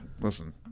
listen